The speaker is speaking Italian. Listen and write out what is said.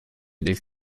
del